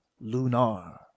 Lunar